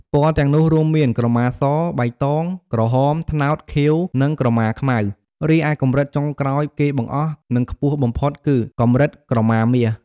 ពណ៌ទាំងនោះរួមមាន ក្រមាស បៃតង ក្រហម ត្នោត ខៀវ និងក្រមាខ្មៅ។ រីឯកម្រិតចុងក្រោយគេបង្អស់ និងខ្ពស់បំផុតគឺ កម្រិតក្រមាមាស។